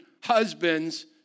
husbands